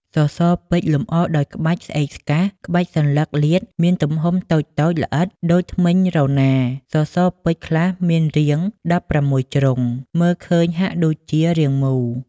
សសរពេជ្រ លម្អដោយក្បាច់ស្អេកស្កះ ក្បាច់សន្លឹកលាតមានទំហំតូចៗល្អិត ដូចធ្មេញរណារ ។ សសរពេជ្រខ្លះមានរាង ១៦ ជ្រុង មើលឃើញហាក់ដូចជា រាងមូល។